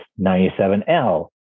97L